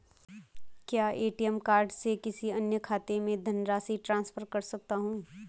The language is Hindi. क्या ए.टी.एम कार्ड से किसी अन्य खाते में धनराशि ट्रांसफर कर सकता हूँ?